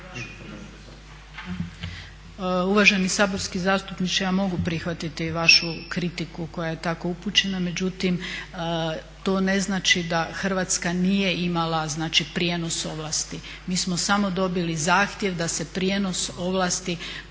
Uvaženi saborski zastupniče, ja mogu prihvatiti vašu kritiku koja je tako upućena. Međutim, to ne znači da Hrvatska nije imala, znači prijenos ovlasti. Mi smo samo dobili zahtjev da se prijenos ovlasti